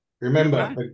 Remember